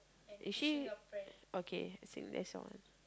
is she okay as in that's all